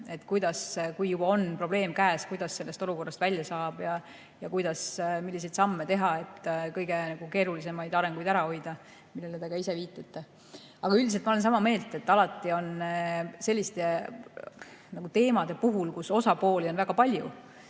et kui juba on probleem käes, siis kuidas sellest olukorrast välja saab ja milliseid samme teha, et kõige keerulisemaid arenguid ära hoida, millele te ka ise viitasite. Aga üldiselt ma olen sama meelt, et alati on selliste teemade puhul, kus osapooli on väga palju,